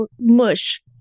mush